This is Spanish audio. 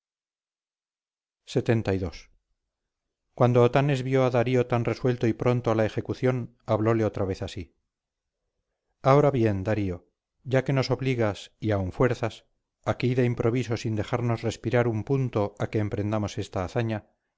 al mago lxxii cuando otanes vio a darío tan resuelto y pronto a la ejecución hablóle otra vez así ahora bien darío ya que nos obligas y aun fuerzas aquí de improviso sin dejarnos respirar un punto a que emprendamos esta hazaña